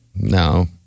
no